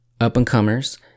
up-and-comers